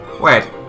Wait